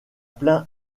plains